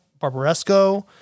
Barbaresco